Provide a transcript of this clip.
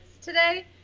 today